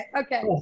Okay